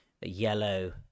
yellow